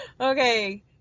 okay